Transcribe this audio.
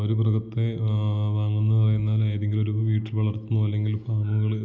ഒരു മൃഗത്തെ വാങ്ങുന്നത് എന്നാൽ ഏതെങ്കിലും ഒരു വീട്ടിൽ വളർത്തുന്ന അല്ലെങ്കിൽ ഫാമുകൾ